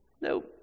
Nope